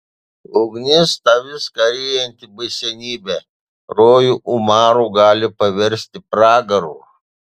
ugnis ta viską ryjanti baisenybė rojų umaru gali paversti pragaru